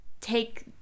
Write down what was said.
take